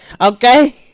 Okay